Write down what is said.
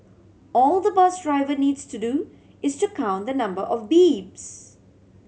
all the bus driver needs to do is to count the number of beeps